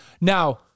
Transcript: Now